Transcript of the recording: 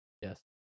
Yes